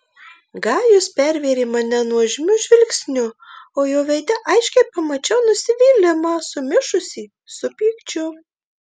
gajus pervėrė mane nuožmiu žvilgsniu o jo veide aiškiai pamačiau nusivylimą sumišusį su pykčiu